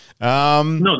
No